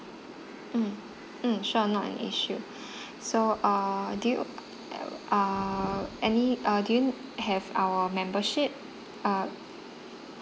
mm mm sure not an issue so uh do you uh any uh do you have our membership uh